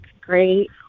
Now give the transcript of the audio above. great